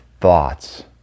thoughts